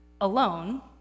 alone